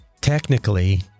technically